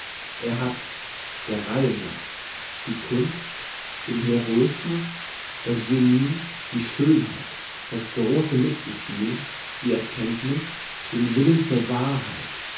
er hat der reihe nach die kunst den heroismus das genie die schönheit das grosse mitgefühl die erkenntniss den willen zur wahrheit